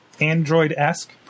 Android-esque